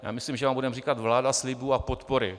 Já myslím, že vám budeme říkal vláda slibů a podpory.